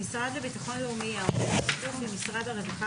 המשרד לביטחון לאומי יערוך בשיתוף עם משרד הרווחה